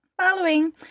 Following